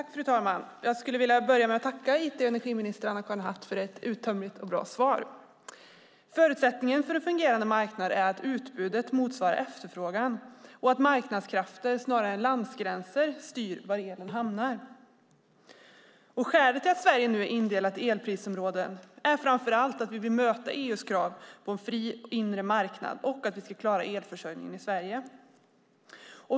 Fru talman! Jag tackar it och energiminister Anna-Karin Hatt för ett uttömmande och bra svar. Förutsättningen för en fungerande marknad är att utbudet motsvarar efterfrågan och att marknadskrafter snarare än landsgränser styr var elen hamnar. Skälet till att Sverige är indelat i elprisområden är framför allt att vi vill möta EU:s krav på en fri inre marknad och att vi ska klara elförsörjningen i Sverige.